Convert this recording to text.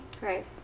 Right